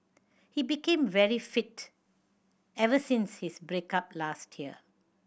he became very fit ever since his break up last year